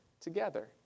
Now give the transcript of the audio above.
together